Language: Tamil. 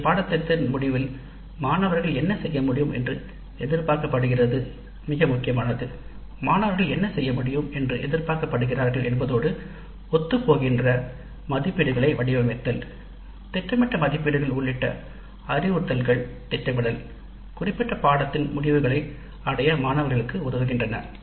" பாடநெறியின் முடிவில் மாணவர்களிடம் என்று எதிர்பார்க்கப்படுகிறது மாணவர்களிடம் என்று எதிர்பார்க்கப்படுகிறது என்பதோடு ஒத்துப் போகின்ற வகையில் மதிப்பீடுகள் வடிவமைத்தல் பாடத்திட்டத்தில் குறிக்கோள்களை அடையும் விதத்தில் மதிப்பீடுகளை திட்டமிட வேண்டும்